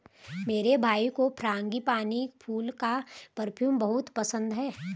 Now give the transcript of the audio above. मेरे भाई को फ्रांगीपानी फूल का परफ्यूम बहुत पसंद है